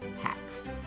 hacks